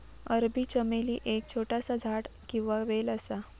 अरबी चमेली एक छोटासा झाड किंवा वेल असा